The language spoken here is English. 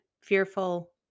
fearful